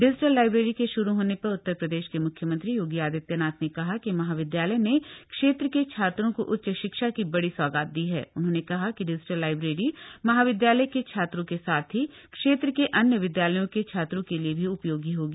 digital library के शुरू हाजे पर उत्तर प्रदेश के मुख्यमंत्री याणी थ दित्यनाथ ने कहा कि महाविदयालय ने क्षेत्र के छात्रों क उच्च शिक्षा की बड़ी सौगात दी ह उन्होंने कहा कि डिजिटल लाइब्रेरी महाविद्यालय के छात्रों के साथ ही क्षेत्र के अन्य विद्यालयों के छात्रों के लिए भी उपयागी हागी